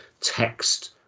text